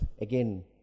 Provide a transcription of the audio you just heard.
Again